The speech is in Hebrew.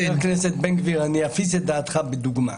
חה"כ בן גביר, אני אפיס את דעתך בדוגמה.